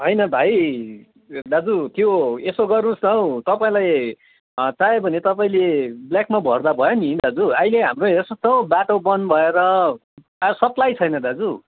होइन भाइ दाजु त्यो यसो गर्नुहोस् न हौ तपाईँलाई चाहियो भने तपाईँले ब्ल्याकमा भर्दा भयो नि दाजु अहिले हाम्रो यस्तो बाटो बन्द भएर सप्लाई छैन दाजु